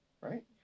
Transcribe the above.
Right